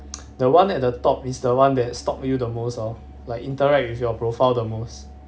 the one at the top is the one that stalk you the most lor like interact with your profile the most